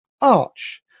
arch